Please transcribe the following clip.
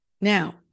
Now